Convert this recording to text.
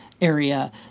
area